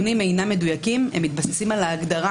הם אינם מדויקים ומתבססים על ההגדרה